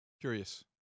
Curious